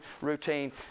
routine